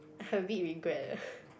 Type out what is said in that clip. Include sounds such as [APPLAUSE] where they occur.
[BREATH] a bit regret ah [BREATH]